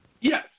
Yes